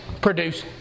produce